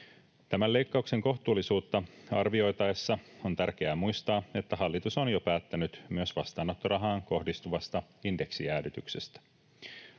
Tämän leikkauksen kohtuullisuutta arvioitaessa on tärkeää muistaa, että hallitus on jo päättänyt myös vastaanottorahaan kohdistuvasta indeksijäädytyksestä.